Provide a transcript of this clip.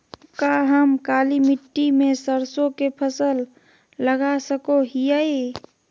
का हम काली मिट्टी में सरसों के फसल लगा सको हीयय?